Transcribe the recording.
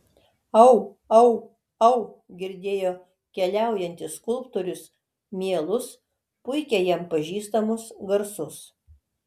au au au girdėjo keliaujantis skulptorius mielus puikiai jam pažįstamus garsus